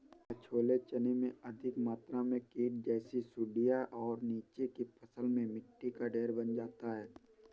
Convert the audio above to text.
क्या छोले चने में अधिक मात्रा में कीट जैसी सुड़ियां और नीचे की फसल में मिट्टी का ढेर बन जाता है?